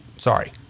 Sorry